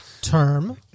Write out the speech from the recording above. term